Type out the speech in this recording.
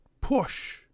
push